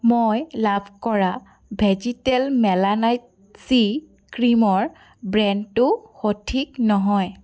মই লাভ কৰা ভেজীটেল মেলানাইট চি ক্ৰীমৰ ব্ৰেণ্ডটো সঠিক নহয়